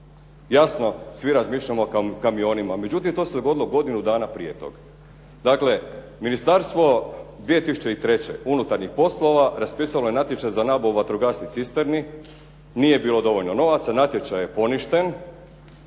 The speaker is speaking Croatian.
Jasno, svi razmišljamo o kamionima, međutim to se dogodilo godinu dana prije tog. Dakle, Ministarstvo, 2003., unutarnjih poslova raspisalo je natječaj za nabavu vatrogasnih cisterni, nije bilo dovoljno novaca, natječaj je poništen.